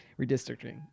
Redistricting